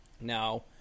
Now